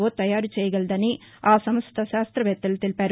ఓ తయారు చేయగలదని ఆ నంస్ట శాస్త్రవేత్తలు తెలిపారు